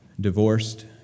divorced